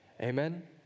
amen